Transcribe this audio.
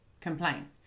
complain